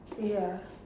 ya